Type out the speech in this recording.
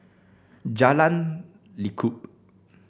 Jalan Lekub